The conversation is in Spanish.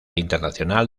internacional